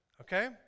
Okay